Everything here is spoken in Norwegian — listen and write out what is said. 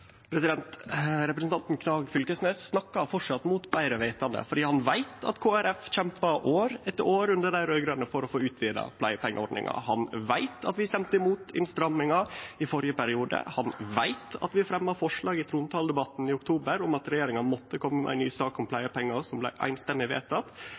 Representanten Knag Fylkesnes snakkar framleis mot betre vitande. Han veit at Kristeleg Folkeparti kjempa år etter år under dei raud-grøne for å få utbetra pleiepengeordninga. Han veit at vi stemte mot innstramminga i førre periode. Han veit at vi fremja forslag i trontaledebatten i oktober om at regjeringa måtte kome med ei ny sak om